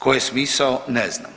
Koji je smisao ne znam?